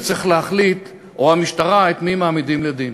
שצריך להחליט את מי מעמידים לדין.